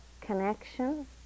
connection